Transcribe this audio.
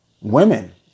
Women